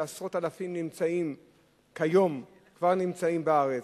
שעשרות אלפים כבר כיום נמצאים בארץ.